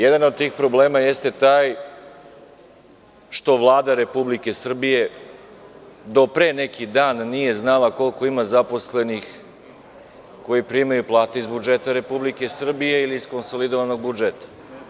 Jedan od tih problema jeste taj što Vlada Republike Srbije do pre neki dan nije znala koliko ima zaposlenih koji primaju plate iz budžeta Republike Srbije ili iz konsolidovanog budžeta.